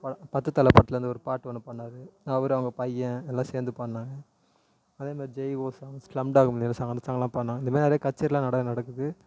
ப பத்து தலை படத்துலேருந்து ஒரு பாட்டு ஒன்னு பாடினாரு அவரு அவங்க பையன் எல்லாம் சேர்ந்து பாடினாங்க அதே மாரி Jai Ho songs Slumdog Millionaire song அந்த சாங்க்லாம் பாடினாங்க இந்த மாரி நிறையா கச்சேரிலாம் நட நடக்குது